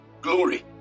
Glory